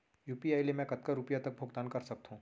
UPI ले मैं कतका रुपिया तक भुगतान कर सकथों